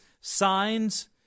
signs